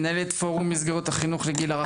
מנהלת מסגרות החינוך לגיל הרך.